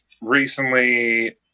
recently